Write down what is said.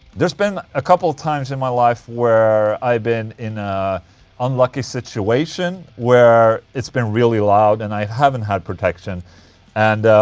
there's been a couple times in my life where i've been in a unlucky situation where it's been really loud and i haven't had protection and